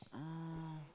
oh